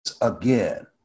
again